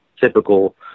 typical